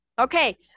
Okay